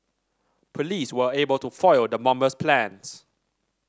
police were able to foil the bomber's plans